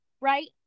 Right